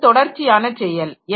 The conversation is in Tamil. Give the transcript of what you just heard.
இது ஒரு தொடர்ச்சியான செயல்